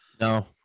No